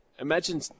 imagine